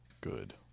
good